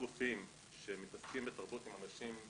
אם במקרה אפשר להזמין ישירות מההפקה,